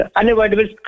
unavoidable